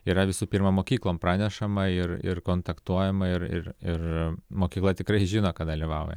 yra visų pirma mokyklom pranešama ir ir kontaktuojama ir ir ir mokykla tikrai žino kad dalyvauja